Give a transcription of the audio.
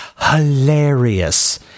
hilarious